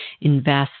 invest